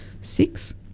six